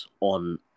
on